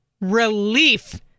relief